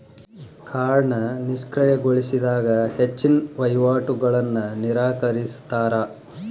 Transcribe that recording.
ಕಾರ್ಡ್ನ ನಿಷ್ಕ್ರಿಯಗೊಳಿಸಿದಾಗ ಹೆಚ್ಚಿನ್ ವಹಿವಾಟುಗಳನ್ನ ನಿರಾಕರಿಸ್ತಾರಾ